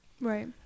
Right